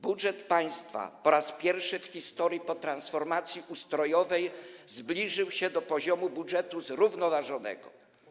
Budżet państwa po raz pierwszy w historii po transformacji ustrojowej zbliżył się do poziomu budżetu zrównoważonego.